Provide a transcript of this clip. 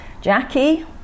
Jackie